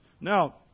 Now